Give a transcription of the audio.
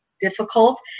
Difficult